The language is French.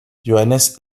johannes